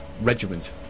regiment